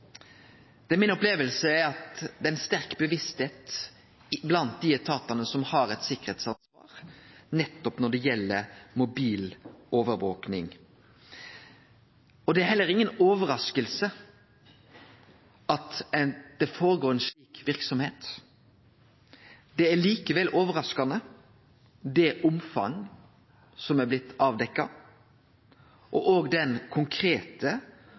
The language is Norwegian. Det er mi oppleving at det er ei sterk bevisstheit blant dei etatane som har eit sikkerheitsansvar, nettopp når det gjeld mobilovervaking. Det er heller inga overrasking at det går føre seg slik verksemd. Det er likevel overraskande det omfanget som er blitt avdekt. Òg den konkrete